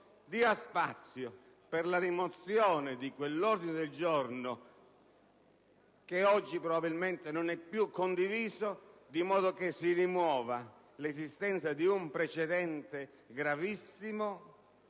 spazio per la rimozione di quell'ordine del giorno, che oggi probabilmente non è più condiviso, di modo che si elimini un precedente gravissimo